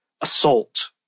assault